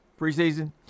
Preseason